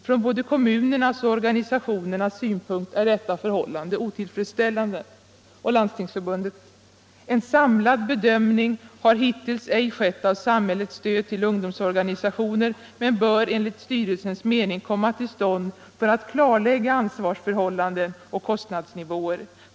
Från både kommunernas och organisationernas synpunkt är detta förhållande otillfredsställande.” Och Landstingsförbundet uttalade: ”En samlad bedömning har hittills ej skett av samhällets stöd till ungdomsorganisationer, men bör, enligt styrelsens mening, komma till stånd för att klarlägga ansvarsförhållanden och kostnadsnivåer.